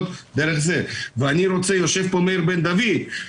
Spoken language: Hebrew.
דרך --- ויושב פה מאיר בן דוד חבר'ה,